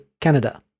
Canada